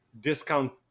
discount